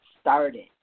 started